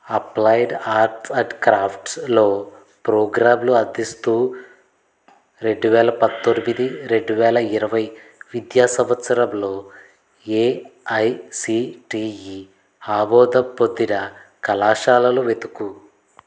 applied arts and క్రాఫ్ట్స్లో ప్రోగ్రాంలు అందిస్తూ రెండువేల పంతొమ్మిది రెండువేల ఇరవై విద్యా సంవత్సరంలో ఏఐసిటిఈ ఆమోదం పొందిన కళాశాలలు వెతుకు